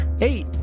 eight